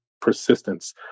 persistence